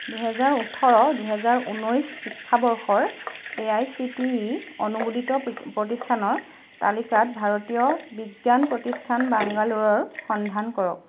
দুহেজাৰ ওঠৰ দুহেজাৰ ঊনৈছ শিক্ষাবৰ্ষৰ A I C T E অনুমোদিত প্ৰতিষ্ঠানৰ তালিকাত ভাৰতীয় বিজ্ঞান প্ৰতিষ্ঠান বাংগালোৰৰ সন্ধান কৰক